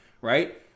Right